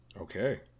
Okay